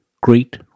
great